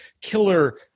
killer